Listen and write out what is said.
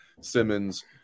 Simmons